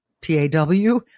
P-A-W